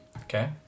Okay